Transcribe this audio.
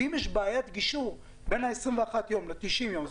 ואם יש בעיית גישור בין ה-21 יום ל-90 יום,